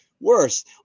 worse